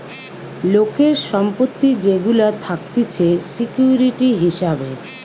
লোকের সম্পত্তি যেগুলা থাকতিছে সিকিউরিটি হিসাবে